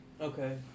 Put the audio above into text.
Okay